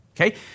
okay